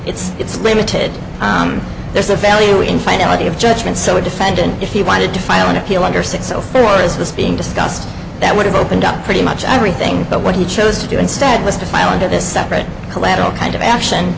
it's it's limited there's a value in finality of judgement so a defendant if he wanted to file an appeal under six so far as this being discussed that would have opened up pretty much everything but what he chose to do instead was to file into the separate collateral kind of action